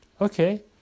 Okay